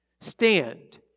stand